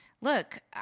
look